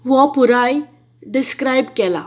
हो पुराय डिस्क्रायब केला